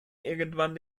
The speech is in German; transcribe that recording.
irgendwann